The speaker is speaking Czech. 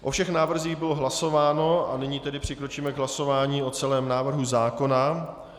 O všech návrzích bylo hlasováno a nyní tedy přikročíme k hlasování o celém návrhu zákona.